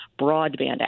broadband